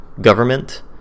government